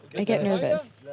i get nervous.